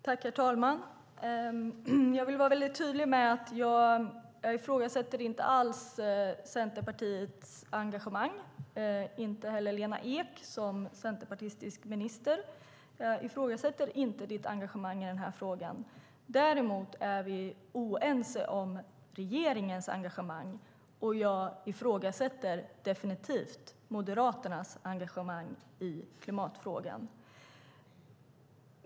Herr talman! Jag vill vara väldigt tydlig med att jag inte alls ifrågasätter Centerpartiets engagemang. Jag ifrågasätter inte heller Lena Eks engagemang som centerpartistisk minister i den här frågan. Däremot är vi oense om regeringens engagemang, och jag ifrågasätter definitivt Moderaternas engagemang i klimatfrågan.